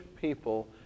people